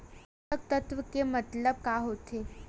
पोषक तत्व के मतलब का होथे?